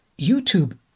YouTube